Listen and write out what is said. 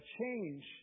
change